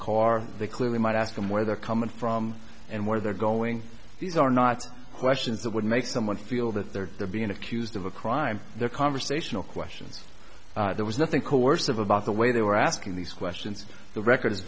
car they clearly might ask them where they're coming from and where they're going these are not questions that would make someone feel that they're being accused of a crime they're conversational questions there was nothing coercive about the way they were asking these questions the record i